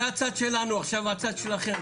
זה הצד שלנו, עכשיו הצד שלכם.